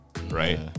right